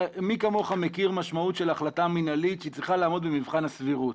מי כמוך מכיר משמעות של החלטה מנהלית שהיא צריכה לעמוד במבחן הסבירות.